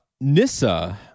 Nissa